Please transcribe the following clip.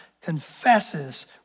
confesses